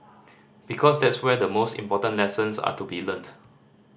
because that's where the most important lessons are to be learnt